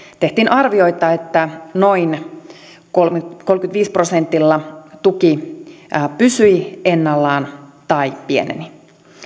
tehtiin arvioita että noin kolmellakymmenelläviidellä prosentilla tuki pysyi ennallaan tai pieneni